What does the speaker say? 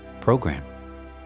program